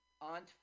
Aunt